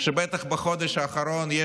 בטח בחודש האחרון,